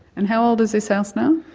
and how old is this house now?